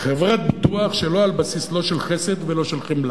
חברת ביטוח שהיא על בסיס לא של חסד ולא של חמלה.